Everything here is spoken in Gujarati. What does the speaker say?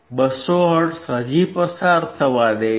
200 હર્ટ્ઝ હજી પસાર થવા દે છે